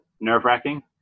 nerve-wracking